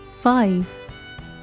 Five